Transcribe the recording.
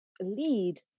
lead